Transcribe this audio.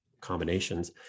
combinations